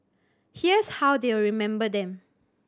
here's how they will remember them